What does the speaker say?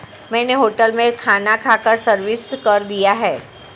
मैंने होटल में खाना खाकर सर्विस कर दिया है